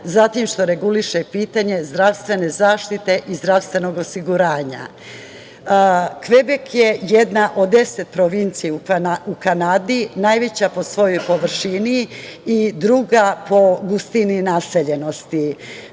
zatim što reguliše pitanje zdravstvene zaštite i zdravstvenog osiguranja. Kvebek je jedna od deset provincija u Kanadi, najveća po svojoj površini i druga po gustini naseljenosti.